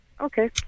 Okay